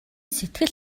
сэтгэл